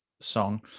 song